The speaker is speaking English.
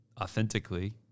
authentically